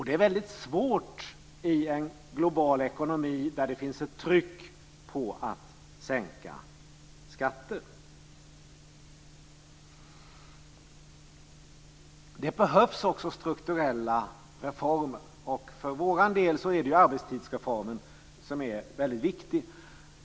Det är väldigt svårt i en global ekonomi, där det finns ett tryck på att sänka skatter. Det behövs också strukturella reformer. För vår del är det arbetstidsreformen som är väldigt viktig.